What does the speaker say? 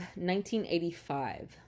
1985